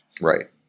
Right